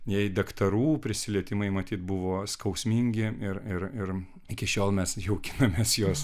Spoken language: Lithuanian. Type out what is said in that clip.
jai daktarų prisilietimai matyt buvo skausmingi ir ir ir iki šiol mes jaukinamės jos